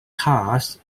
cars